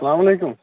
السَلام علیکُم